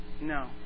no